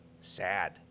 sad